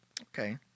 Okay